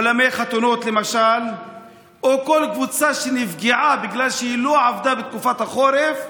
אולמי חתונות או כל קבוצה שנפגעה בגלל שלא עבדה בתקופת החורף.